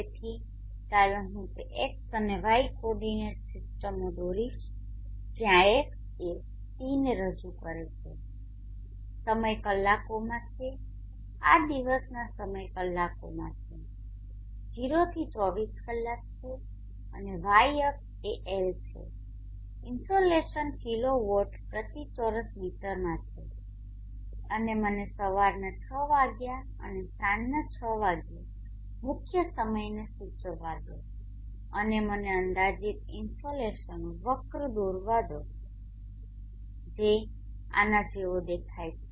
તેથી ચાલો હું તે X અને Y કોર્ડિનેટ સિસ્ટમો દોરીશ જ્યાં X એ tને રજૂ કરે છે સમય કલાકોમાં છે આ દિવસના સમય કલાકોમાં છે 0 થી 24 કલાક છે અને Y અક્ષ એ L છે ઇન્સોલેશન કિલોવોટ પ્રતિ ચોરસ મીટરમાં છે અને મનેસવારના 6 વાગ્યા અને સાંજનાં 6 વાગ્યે મુખ્ય સમયને સુચવવાદો અને મનેઅંદાજીત ઇનસોલેશન વક્ર દોરવા દો જે આના જેવો દેખાય છે